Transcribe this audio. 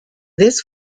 this